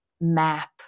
map